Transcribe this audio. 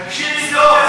תקשיבי טוב,